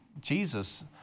Jesus